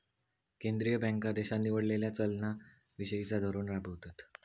केंद्रीय बँका देशान निवडलेला चलना विषयिचा धोरण राबवतत